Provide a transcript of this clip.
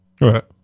Right